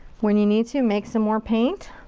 when you need to, make some more paint.